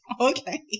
Okay